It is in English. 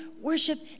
worship